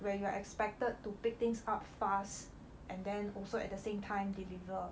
where you are expected to pick things up fast and then also at the same time deliver